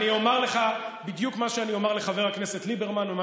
אני אומר לך בדיוק מה שאני אומר לחבר הכנסת ליברמן ומה